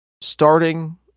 starting